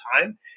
time